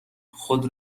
خود